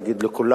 יאללה,